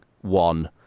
one